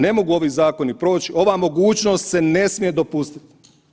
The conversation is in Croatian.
Ne mogu ovi zakoni proći, ova mogućnost se ne smije dopustiti.